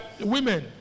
women